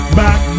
back